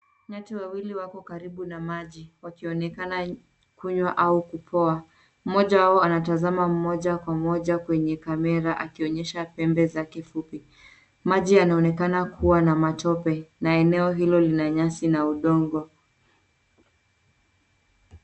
Nyati wawili wako karibu na maji wakionekana kunywa au kupoa. Mmoja wao anatazama moja kwa moja kwenye kamera akionyesha pembe zake fupi. Maji yanaonekana kuwa na matope na eneo hilo lina nyasi na udongo.